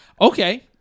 Okay